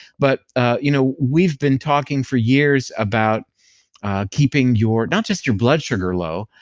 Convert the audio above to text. but ah you know we've been talking for years about keeping your, not just your blood sugar low,